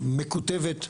מקוטבת,